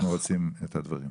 אנחנו רוצים את הדברים?